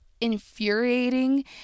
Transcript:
infuriating